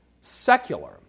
secular